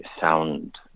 sound